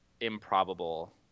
improbable